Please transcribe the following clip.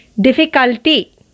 difficulty